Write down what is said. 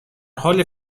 حال